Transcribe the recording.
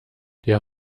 der